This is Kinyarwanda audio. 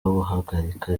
guhagarika